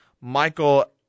Michael